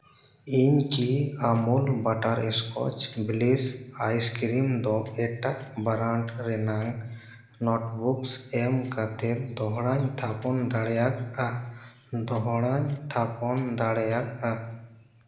ᱤᱧ ᱠᱤ Amul butterscotch ᱵᱞᱮᱥ ᱟᱭᱤᱥ ᱠᱨᱤᱢ ᱫᱚ ᱮᱴᱟᱜ ᱵᱨᱮᱱᱰ ᱨᱮᱭᱟᱜ ᱱᱳᱴ ᱵᱩᱠ ᱮᱢ ᱠᱟᱛᱮ ᱫᱚᱦᱲᱟᱭ ᱛᱷᱟᱯᱚᱱ ᱫᱟᱲᱮᱭᱟᱜᱼᱟ ᱫᱚᱦᱲᱟᱧ ᱛᱷᱟᱯᱚᱱ ᱫᱟᱲᱮᱭᱟᱜᱼᱟ